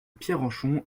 pierrenchon